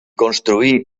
construí